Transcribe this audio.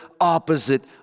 opposite